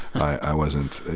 i wasn't,